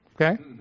okay